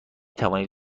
توانید